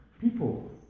people